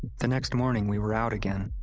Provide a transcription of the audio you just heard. the next morning, we were out again.